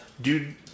Dude